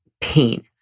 pain